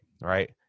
right